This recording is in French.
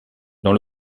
dans